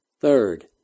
Third